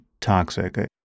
toxic